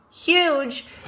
huge